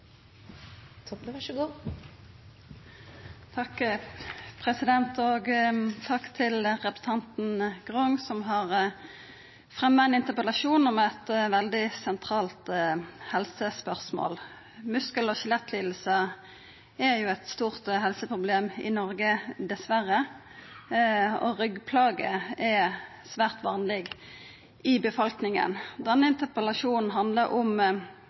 som har fremja ein interpellasjon om eit veldig sentralt helsespørsmål. Muskel- og skjelettlidingar er dessverre eit stort helseproblem i Noreg, og ryggplager er svært vanlege i befolkninga. Denne interpellasjonen handlar om